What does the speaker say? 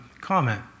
comment